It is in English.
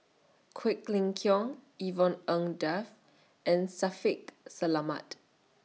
Quek Ling Kiong Yvonne Ng Uhde and Shaffiq Selamat